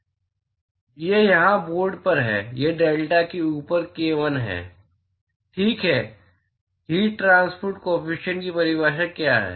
यह वहाँ बोर्ड पर है यह डेल्टा के ऊपर k l है ठीक है हीट ट्रांसपोर्ट काॅफिशियंट की परिभाषा क्या है